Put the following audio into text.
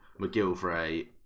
McGilvray